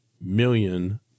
million